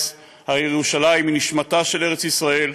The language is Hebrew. הרי ירושלים היא נשמתה של ארץ ישראל".